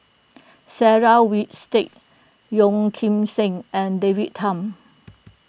Sarah Winstedt Yeo Kim Seng and David Tham